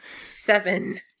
Seven